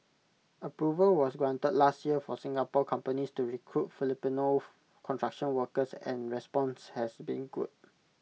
approval was granted last year for Singapore companies to recruit Filipino construction workers and response has been good